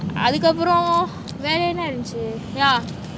அதுக்கப்போறோம் வேற என்ன இருன்ச்சு:athukapporoam vera enna erunchu yeah